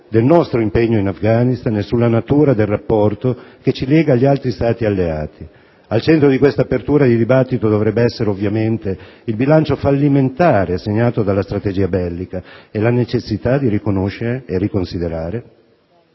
del nostro impegno in Afghanistan e sulla natura del rapporto che ci lega agli altri Stati "alleati". Al centro di questa apertura di dibattito, dovrebbe essere ovviamente il bilancio fallimentare segnato dalla strategia bellica e la necessità di riconoscere e riconsiderare